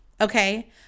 okay